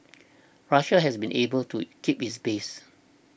Russia has been able to keep its base